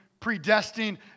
predestined